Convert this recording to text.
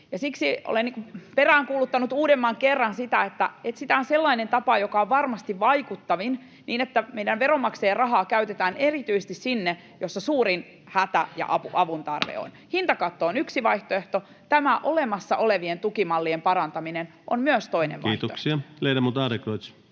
siksi olen peräänkuuluttanut uudemman kerran, että etsitään sellainen tapa, joka on varmasti vaikuttavin, niin että meidän veronmaksajien rahaa käytetään erityisesti sinne, missä suurin hätä ja avuntarve on. Hintakatto on yksi vaihtoehto, tämä olemassa olevien tukimallien parantaminen on myös toinen vaihtoehto. [Päivi Räsänen: